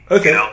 Okay